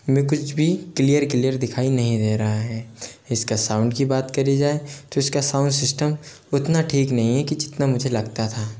में कुछ भी क्लियर क्लियर दिखाई नहीं दे रहा है इस का साउंड की बात करी जाए तो इस का साउंड सिस्टम उतना ठीक नहीं है कि जितना मुझे लगता था